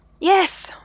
Yes